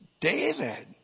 David